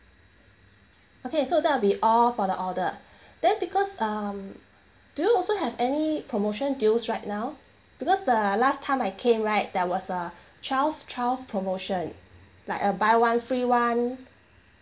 okay so that'll be all for the order then because um do you also have any promotion deals right now because the last time I came right there was a twelve twelve promotion like a buy one free one